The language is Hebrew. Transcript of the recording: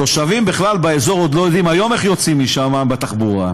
התושבים בכלל באזור עוד לא יודעים היום איך יוצאים משם בתחבורה.